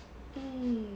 hmm